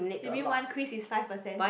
you mean one quiz is five percent